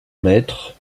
maître